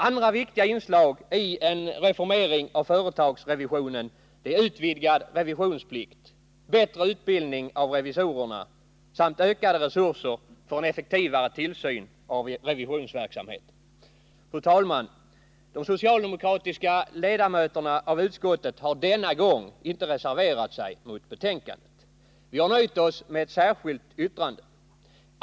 Andra viktiga inslag i en reformering av företagsrevisionen är utvidgad revisionsplikt, bättre utbildning av revisorerna samt ökade resurser för en effektivare tillsyn av revisionsverksamheten. Fru talman! De socialdemokratiska ledamöterna av utskottet har denna gång inte reserverat sig mot utskottets förslag. Vi har nöjt oss med ett särskilt yttrande.